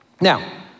Now